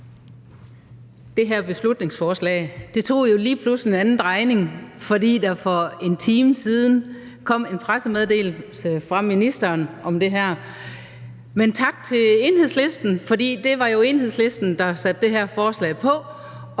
om her beslutningsforslag har lige pludselig taget en anden drejning, fordi der for en time siden kom en pressemeddelelse fra ministeren om det her. Men tak til Enhedslisten, for det var jo Enhedslisten, der satte det her forslag på